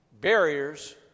barriers